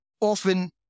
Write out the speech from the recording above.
often